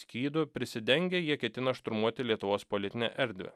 skydu prisidengę jie ketina šturmuoti lietuvos politinę erdvę